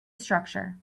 structure